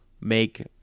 make